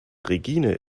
regine